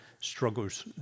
struggles